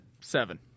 Seven